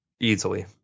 easily